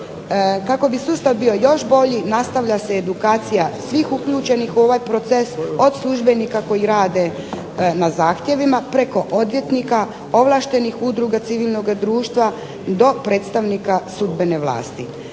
Kako bi sustav bio još bolji nastavlja se edukacija svih uključenih u ovaj proces, od službenika koji rade na zahtjevima, preko odvjetnika, ovlaštenih udruga civilnog društva do predstavnika sudbene vlasti.